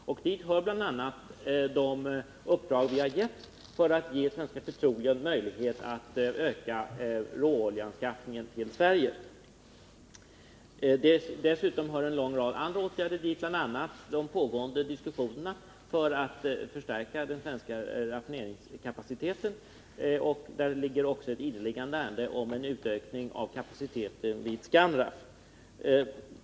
Dit hör bl.a. de uppdrag vi har gett för att ge Svenska Petroleum möjlighet att öka råoljeanskaffningen till Sverige. Dessutom hör en lång rad andra åtgärder dit, bl.a. de pågående diskussionerna för att stärka den svenska raffineringskapaciteten. Däribland finns också ett inneliggande ärende om en utökning av kapaciteten vid Scanraff.